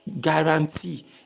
guarantee